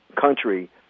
country